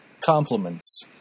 compliments